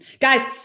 Guys